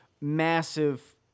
massive